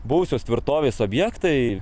buvusios tvirtovės objektai